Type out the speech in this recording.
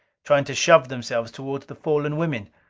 trying to shove themselves toward the fallen women.